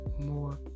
more